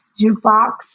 jukebox